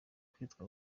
kwitwa